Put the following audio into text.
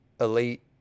elite